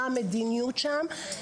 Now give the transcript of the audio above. מה המדיניות שם.